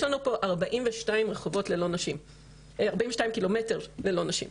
יש לנו פה 42 קילומטר ללא נשים.